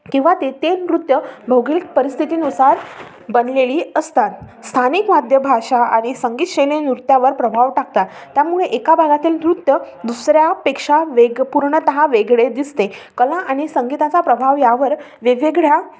किंवा ते ते नृत्य भौगोलिक परिस्थितीनुसार बनलेली असतात स्थानिक वाद्य भाषा आणि संगीत शैली नृत्यावर प्रभाव टाकतात त्यामुळे एका भागातील नृत्य दुसऱ्यापेक्षा वेग पूर्णतः वेगळे दिसते कला आणि संगीताचा प्रभाव यावर वेगवेगळ्या